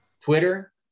Twitter